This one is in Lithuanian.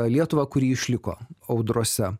lietuvą kuri išliko audrose